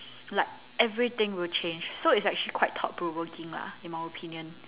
like everything would change so it's actually quite thought provoking lah in my opinion